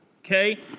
Okay